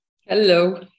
Hello